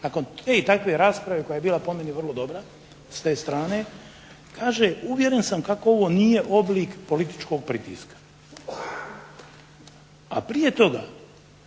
nakon tih i te rasprave koja je po meni bila vrlo dobra s te strane kaže uvjeren sam kako ovo nije oblik političkog pritiska, a prije toga